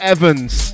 Evans